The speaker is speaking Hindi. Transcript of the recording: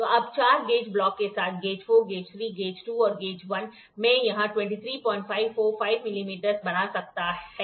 तो अब चार गेज ब्लॉक के साथ गेज 4 गेज 3 गेज 2 और गेज 1 मैं यह 23545 मिलीमीटर बना सकता है